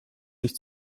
nicht